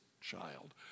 child